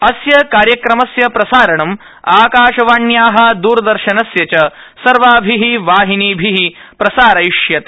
अस्य कार्यक्रमस्य प्रसारणं आकाशवाण्याः द्रदर्शनस्य च सर्वाभिः वाहिनीभिः प्रसारयिष्यते